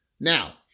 Now